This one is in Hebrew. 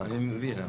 אני מבין.